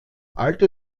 alte